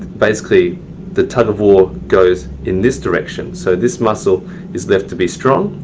basically the tug of war goes in this direction. so this muscle is left to be strong,